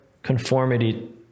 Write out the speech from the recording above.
conformity